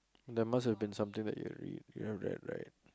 there must have been something that you have read you have read right